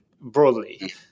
broadly